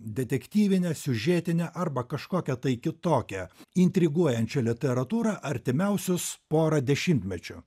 detektyvinę siužetinę arba kažkokią tai kitokią intriguojančią literatūrą artimiausius porą dešimtmečių